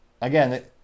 Again